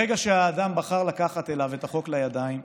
ברגע שאדם בחר לקחת אליו את החוק לידיים,